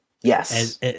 Yes